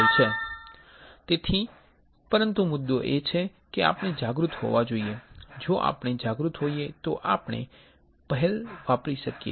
તેથી પરંતુ મુદ્દો એ છે કે આપણે જાગૃત હોવા જોઈએ જો આપણે જાગૃત હોઈએ તો આપણે પહેલ વાપરી શકીએ